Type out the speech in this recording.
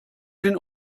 den